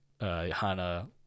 hana